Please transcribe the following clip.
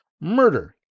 murder